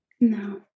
No